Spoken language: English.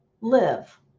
live